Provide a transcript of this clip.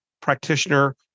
practitioner